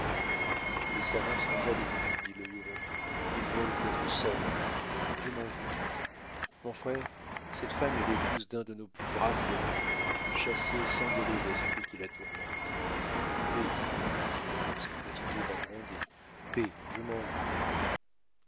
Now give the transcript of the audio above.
les savants sont jaloux dit le huron ils veulent être seuls je m'en vais mon frère cette femme est l'épouse d'un de nos plus braves guerriers chassez sans délai l'esprit qui la tourmente paix dit-il à l'ours qui continuait à gronder paix je m'en vais